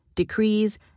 decrees